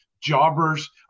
jobbers